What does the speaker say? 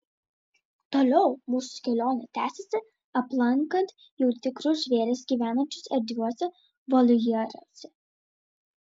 toliau mūsų kelionė tęsėsi aplankant jau tikrus žvėris gyvenančius erdviuose voljeruose